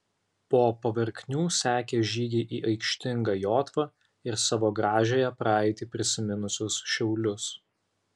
po paverknių sekė žygiai į aikštingą jotvą ir savo gražiąją praeitį prisiminusius šiaulius